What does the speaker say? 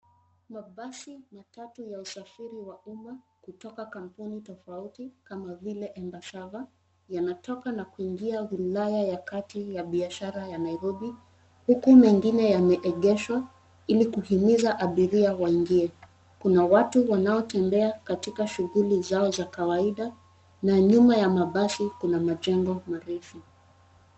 Mabasi matatu ya usafiri wa umma kutoka kampuni tofauti kama vile Embassava yanatoka na kuingia wilaya ya kati ya biashara ya Nairobi huku wengine yameegeshwa ili kuhimiza abiria waingie. kuna watu wanaotembea katika shughuli zao za kawaida na nyuma ya mabasi kuna majengo marefu.